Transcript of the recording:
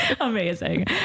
Amazing